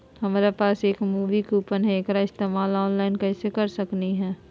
हमरा पास एक मूवी कूपन हई, एकरा इस्तेमाल ऑनलाइन कैसे कर सकली हई?